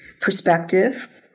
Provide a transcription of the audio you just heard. perspective